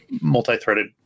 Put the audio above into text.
multi-threaded